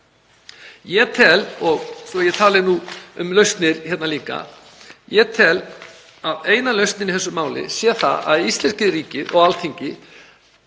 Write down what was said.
Ég tel, svo að ég tali nú um lausnir hérna líka, að eina lausnin í þessu máli sé að íslenska ríkið og Alþingi